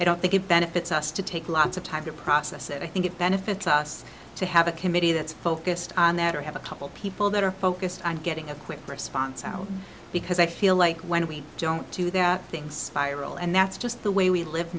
i don't think it benefits us to take lots of time to process it i think it benefits us to have a committee that's focused on that or have a couple people that are focused on getting a quick response out because i feel like when we don't do that things spiral and that's just the way we live